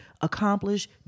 accomplish